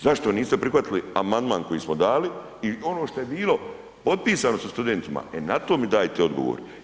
Zašto niste prihvatili amandman koji smo dali i ono što je bilo potpisano sa studentima, e na to mi dajte odgovor.